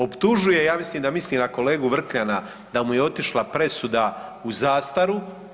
Optužuje, ja mislim da misli na kolegu Vrkljana da mu je otišla presuda u zastaru.